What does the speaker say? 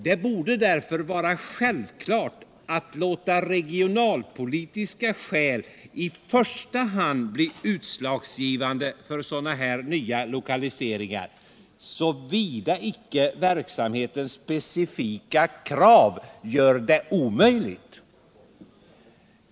Det borde därför vara självklart att låta regionalpolitiska skäl i första hand bli utslagsgivande för sådana nya lokaliseringar, såvida icke verksamhetens specifika krav gör det omöjligt.